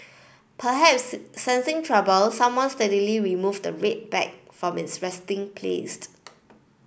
perhaps sensing trouble someone stealthily remove the red bag from its resting place